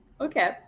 Okay